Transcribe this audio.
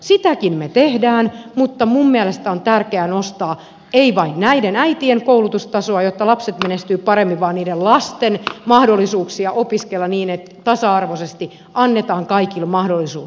sitäkin me teemme mutta minun mielestäni on tärkeää nostaa ei vain näiden äitien koulutustasoa jotta lapset menestyvät paremmin vaan niiden lasten mahdollisuuksia opiskella niin että tasa arvoisesti annetaan kaikille mahdollisuus